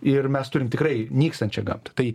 ir mes turim tikrai nykstančią gamtą tai